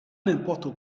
n’importe